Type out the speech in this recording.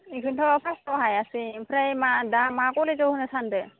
इखोनोथ' फार्स्टआव हायासै ओमफ्राय मा दा मा कलेजाव होनो सान्दो